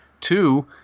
Two